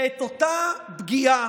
את אותה פגיעה